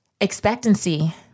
expectancy